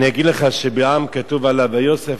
אני אגיד לך שבלעם כתוב עליו: ויוסף